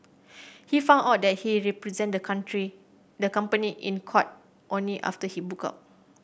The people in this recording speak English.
he found out that he represented the country the company in court only after he book out